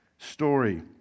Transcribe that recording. story